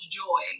joy